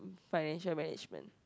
financial management